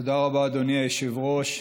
תודה רבה, אדוני היושב-ראש.